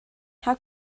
how